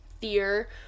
fear